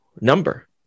number